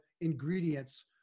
ingredients